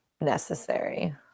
necessary